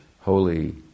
holy